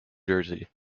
jersey